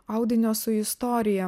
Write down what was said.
audinio su istorija